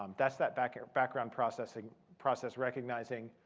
um that's that background background process and process recognizing,